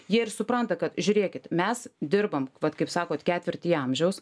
jie ir supranta kad žiūrėkit mes dirbom vat kaip sakot ketvirtį amžiaus